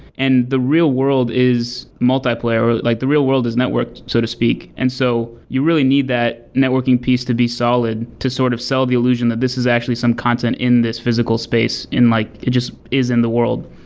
and the real world is multiplayer, or like the real world is networked so to speak. and so you really need that networking piece to be solid to sort of sell the illusion that this is actually some content in this physical space and like it just is in the world.